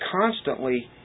constantly